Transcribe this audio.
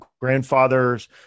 grandfather's